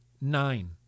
Nine